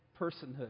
personhood